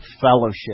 fellowship